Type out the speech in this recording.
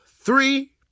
three